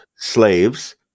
slaves